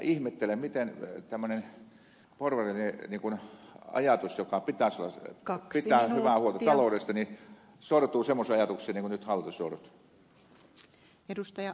ihmettelen miten tämmöinen porvarillinen ajatus jonka mukaan pitäisi pitää hyvää huolta taloudesta sortuu semmoiseen ajatukseen niin kuin nyt hallitus sortui